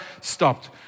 stopped